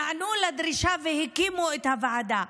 נענו לדרישה והקימו את הוועדה.